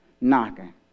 knocking